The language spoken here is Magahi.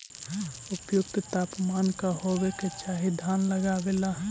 उपयुक्त तापमान का होबे के चाही धान लगावे ला?